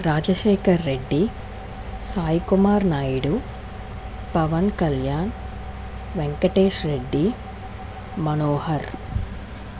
Rajasekhar Reddy Saikumar Naidu Pawan Kalyan Venkatesh Reddy Manohar